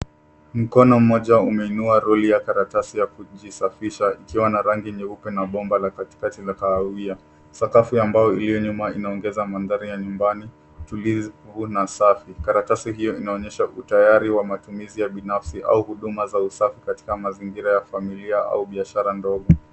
Mkono mmoja umeinua roli ya karatasi ya kujisafisha ikiwa na rangi jeupe na bombal a katikati la kahawia. Sakafu ambao iliyo nyuma inaongeza mndhari ya nyumbani tulivu na safi. Karatasi hio inaonyesha utayari wa matumizi ya binafsi na huduma za usafi katika familia au biashara ndogo.